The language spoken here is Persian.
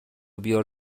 بیار